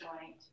joint